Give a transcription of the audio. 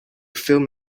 film